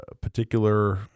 particular